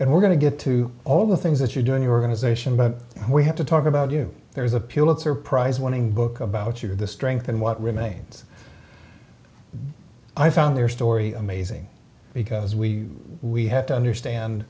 and we're going to get to all the things that you're doing your organization but we have to talk about you there is a pure not surprise wanting book about your the strength and what remains i found your story amazing because we we have to understand